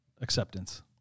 acceptance